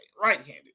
right-handed